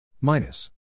Minus